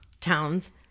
towns